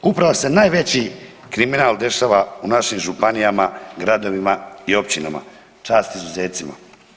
Upravo se najveći kriminal dešava u našim županijama, gradovima i općinama, čast izuzecima.